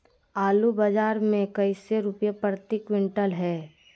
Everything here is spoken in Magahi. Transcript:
आलू बाजार मे कैसे रुपए प्रति क्विंटल है?